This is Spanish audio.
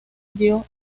dio